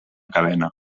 cadena